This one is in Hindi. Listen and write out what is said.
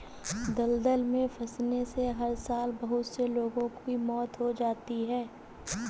दलदल में फंसने से हर साल बहुत से लोगों की मौत हो जाती है